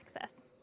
access